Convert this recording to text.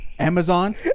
Amazon